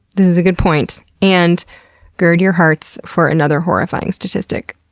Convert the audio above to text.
this is a good point, and gird your hearts for another horrifying statistic.